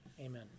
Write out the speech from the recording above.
Amen